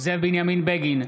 אני פה.